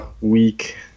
week